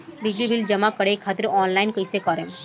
बिजली बिल जमा करे खातिर आनलाइन कइसे करम?